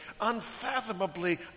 unfathomably